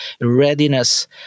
readiness